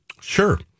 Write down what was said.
Sure